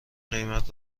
قیمت